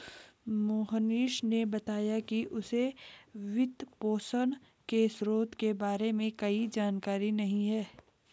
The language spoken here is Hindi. मोहनीश ने बताया कि उसे वित्तपोषण के स्रोतों के बारे में कोई जानकारी नही है